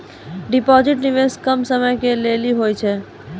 Deposit निवेश कम समय के लेली होय छै?